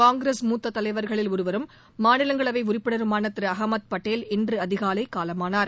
காங்கிரஸ் மூத்த தலைவர்களில் ஒருவரும் மாநிலங்களவை உறுப்பினருமான திரு அகமது பட்டேல் இன்று அதிகாலை காலமானார்